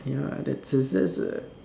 ya that's a